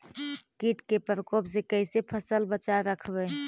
कीट के परकोप से कैसे फसल बचाब रखबय?